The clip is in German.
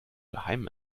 geheim